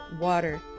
water